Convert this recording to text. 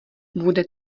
bude